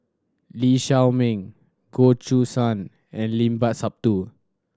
Lee Shao Meng Goh Choo San and Limat Sabtu